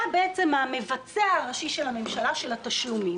אתה בעצם המבצע הראשי של הממשלה של התשלומים.